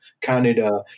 Canada